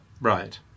Right